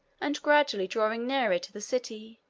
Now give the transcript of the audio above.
and gradually drawing nearer to the city,